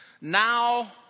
Now